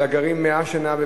גרים 100 שנה,